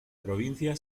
provincia